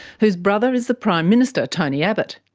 whose brother is the prime minister, tony abbott.